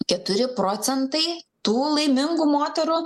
keturi procentai tų laimingų moterų